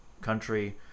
country